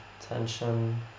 tension